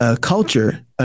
culture